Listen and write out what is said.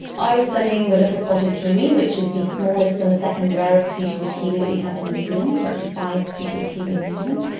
i was studying the little spotted kiwi, which is the smallest and the second rarest species of kiwi that we have in new zealand. there are actually five species of kiwi in new zealand.